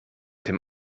dem